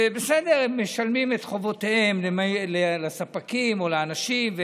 והם משלמים את חובותיהם לספקים או לאנשים,